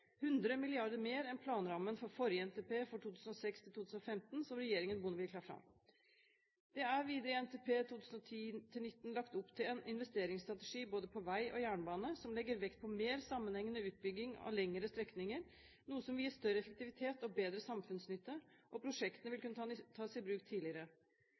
100 mrd. kr mer enn planrammen for forrige NTP, for 2006–2015, som regjeringen Bondevik la fram. Det er videre i NTP 2010–2019 lagt opp til en investeringsstrategi både på vei og jernbane som legger vekt på mer sammenhengende utbygging av lengre strekninger, noe som vil gi større effektivitet og bedre samfunnsnytte, og prosjektene vil kunne tas i bruk tidligere.